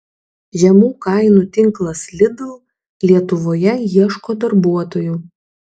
žemų kainų tinklas lidl lietuvoje ieško darbuotojų